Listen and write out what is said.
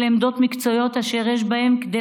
אלה עמדות מקצועיות אשר יש בהן כדי